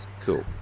cool